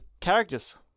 Characters